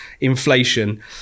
inflation